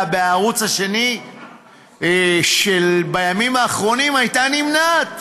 בערוץ השני בימים האחרונים הייתה נמנעת.